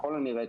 ככל הנראה,